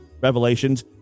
revelations